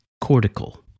cortical